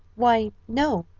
why, no,